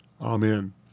Amen